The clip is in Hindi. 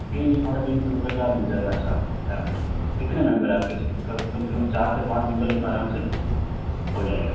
तीन सौ साढ़े तीन सौ रुपये का मिल जाएगा अच्छा फ़ैमिली में कितने मेम्बर हो आप लोग कम से कम चार से पाँच मेम्बर इसमें आराम से हो जाएगा